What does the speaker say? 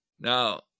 Now